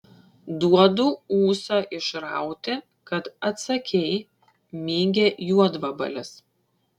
duodu ūsą išrauti kad atsakei mygia juodvabalis